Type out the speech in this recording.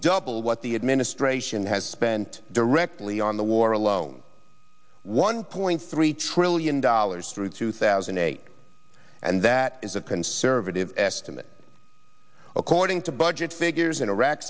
double what the administration has spent directly on the war alone one point three trillion dollars through two thousand and eight and that is a conservative estimate according to budget figures in iraq